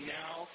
now